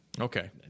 Okay